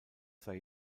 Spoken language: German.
sei